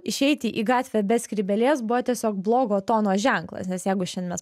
išeiti į gatvę be skrybėlės buvo tiesiog blogo tono ženklas nes jeigu šiandien mes